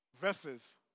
verses